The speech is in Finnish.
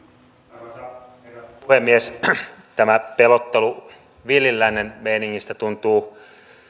arvoisa herra puhemies tämä pelottelu villin lännen meiningistä tuntuu